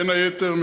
בין היתר,